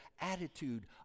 attitude